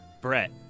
Brett